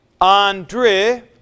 Andre